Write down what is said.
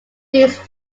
these